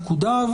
נקודה.